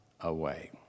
away